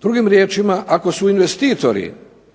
Drugim riječima, ako su investitori